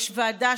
יש ועדה,